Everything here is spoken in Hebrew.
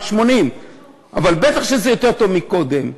80%. אבל בטח שזה יותר טוב מאשר קודם.